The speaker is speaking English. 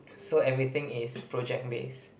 so everything is project based